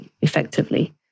effectively